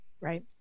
Right